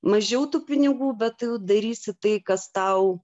mažiau tų pinigų bet tu darysi tai kas tau